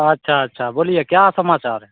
अच्छा अच्छा बोलिए क्या समाचार है